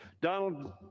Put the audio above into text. Donald